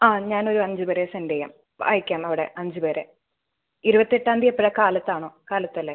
ആ ഞാനൊരു അഞ്ച് പേരെ സെൻഡ് ചെയ്യാം അയയ്ക്കാം അവിടെ അഞ്ച് പേരെ ഇരുപത്തെട്ടാം തീയതി എപ്പോളാണ് കാലത്താണോ കാലത്തല്ലേ